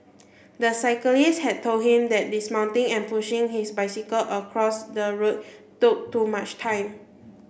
the cyclist had told him that dismounting and pushing his bicycle across the road took too much time